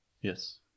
Yes